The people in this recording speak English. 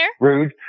Rude